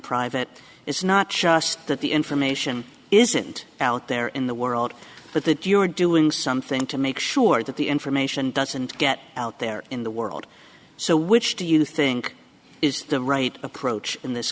private is not just that the information isn't out there in the world but that you are doing something to make sure that the information doesn't get out there in the world so which do you think is the right approach in this